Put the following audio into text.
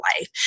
life